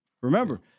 Remember